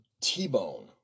T-Bone